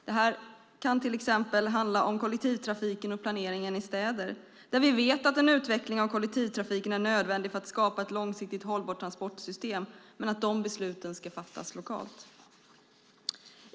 Det kan till exempel handla om kollektivtrafiken och planeringen i städer. Vi vet att en utveckling av kollektivtrafiken är nödvändig för att skapa ett långsiktigt hållbart transportsystem. Men de besluten ska fattas lokalt.